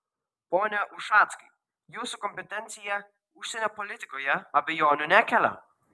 pone ušackai jūsų kompetencija užsienio politikoje abejonių nekelia